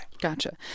Gotcha